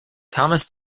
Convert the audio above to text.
thomas